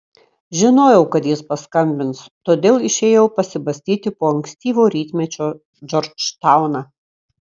žinojau kad jis paskambins todėl išėjau pasibastyti po ankstyvo rytmečio džordžtauną